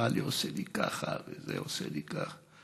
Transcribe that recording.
בעלי עושה לי ככה וזה עושה לי ככה.